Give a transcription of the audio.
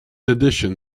addition